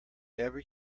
every